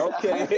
Okay